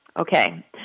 Okay